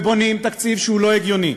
ובונים תקציב שהוא לא הגיוני,